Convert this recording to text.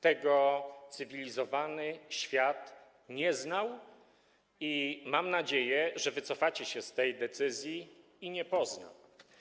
Tego cywilizowany świat nie znał, mam nadzieję, że wycofacie się z tej decyzji, i może nie pozna.